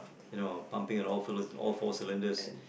you know pumping in all fo~ all four cylinders